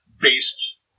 based